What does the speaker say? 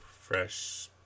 fresh